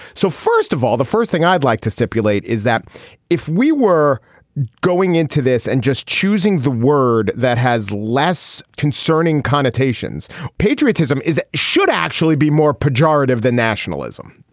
so first of all the first thing i'd like to stipulate is that if we were going into this and just choosing the word that has less concerning connotations patriotism is should actually be more pejorative than nationalism.